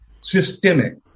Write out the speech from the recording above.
systemic